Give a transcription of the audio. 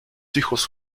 hijos